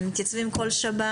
והם מתייצבים כל שבת,